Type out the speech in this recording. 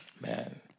Man